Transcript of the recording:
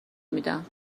میدم